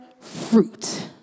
fruit